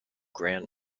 gran